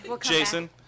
jason